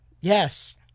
Yes